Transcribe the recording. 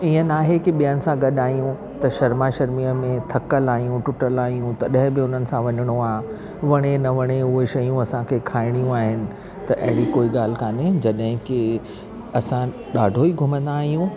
ईअं न आहे कि ॿेअनि सां गॾु आहियूं त शर्मा शर्मीअ में थकल आहियूं टूटल आहियूं तॾहिं बि उन्हनि सां वञिणो आहे वणे न वणे उहे शयूं असांखे खाइणियूं आहिनि त अहिड़ी कोई ॻाल्हि कोन्हे जॾहिं की असां ॾाढो ही घुमंदा आहियूं